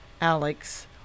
alex